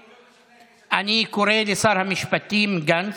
אני קורא לשר המשפטים גנץ,